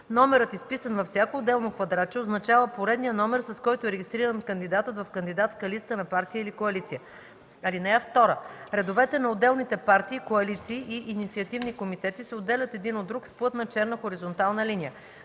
номерът, изписан във всяко отделно квадратче означава поредния номер, с който е регистриран кандидатът в кандидатска листа на партия или коалиция. (2) Редовете на отделните партии, коалиции и инициативни комитети се отделят един от друг с плътна черна хоризонтална линия.